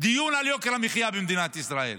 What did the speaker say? דיון על יוקר המחיה במדינת ישראל?